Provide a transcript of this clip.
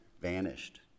vanished